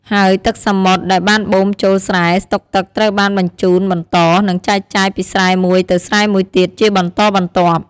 ហើយទឹកសមុទ្រដែលបានបូមចូលស្រែស្តុកទឹកត្រូវបានបញ្ជូនបន្ត និងចែកចាយពីស្រែមួយទៅស្រែមួយទៀតជាបន្តបន្ទាប់។